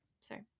sorry